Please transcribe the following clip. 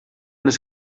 les